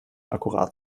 akkurat